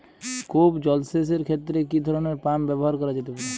কূপ জলসেচ এর ক্ষেত্রে কি ধরনের পাম্প ব্যবহার করা যেতে পারে?